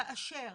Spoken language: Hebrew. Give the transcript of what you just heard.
כאשר